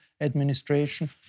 administration